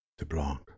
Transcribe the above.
DeBlanc